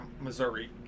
Missouri